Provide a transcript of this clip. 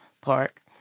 Park